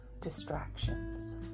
distractions